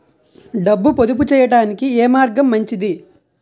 డబ్బు పొదుపు చేయటానికి ఏ మార్గం మంచిది?